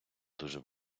дуже